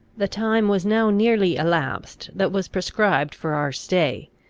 the time was now nearly elapsed that was prescribed for our stay,